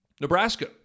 Nebraska